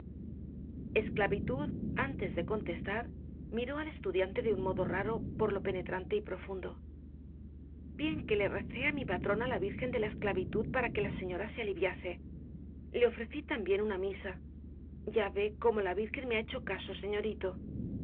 esclavitud antes de contestar miró al estudiante de un modo raro por lo penetrante y profundo bien que le recé á mi patrona la virgen de la esclavitud para que la señora se aliviase le ofrecí también una misa ya ve cómo la virgen me ha hecho caso señorito